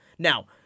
Now